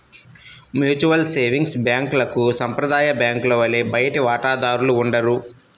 mutual savings బ్యాంక్లకు సాంప్రదాయ బ్యాంకుల వలె బయటి వాటాదారులు ఉండరు